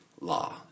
law